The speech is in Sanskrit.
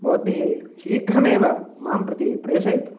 भवद्भिः शीघ्रमेव मां प्रति प्रेषयतु